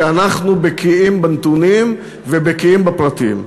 כי אנחנו בקיאים בנתונים ובקיאים בפרטים.